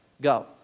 go